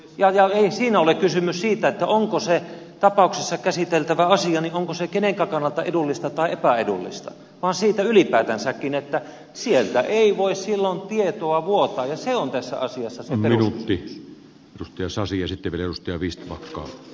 ei siinä ole kysymys siitä onko se tapauksessa käsiteltävänä oleva asia jonkun kannalta edullista tai epäedullista vaan siitä ylipäätänsäkin että sieltä ei voi silloin tietoa vuotaa ja se on tässä asiassa se peruskysymys